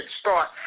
start